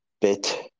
bit